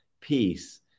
Peace